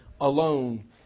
alone